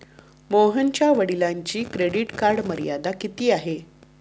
मोहनच्या वडिलांची credit card मर्यादा किती आहे?